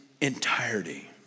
entirety